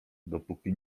dopóki